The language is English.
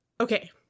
okay